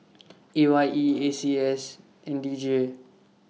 A Y E A C S and D J